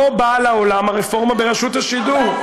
לא באה לעולם הרפורמה ברשות השידור.